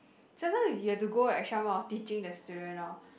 sometime if you have to go extra mile of teaching the student lor